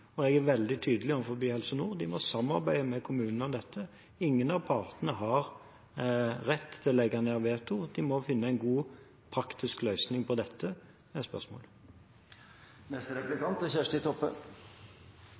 løsningen. Jeg er veldig tydelig overfor Helse Nord, de må samarbeide med kommunene om dette. Ingen av partene har rett til å legge ned veto. De må finne en god praktisk løsning på dette spørsmålet.